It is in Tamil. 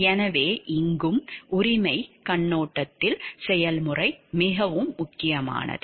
எனவே இங்கும் உரிமைக் கண்ணோட்டத்தில் செயல்முறை மிகவும் முக்கியமானது